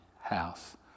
house